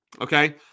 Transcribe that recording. Okay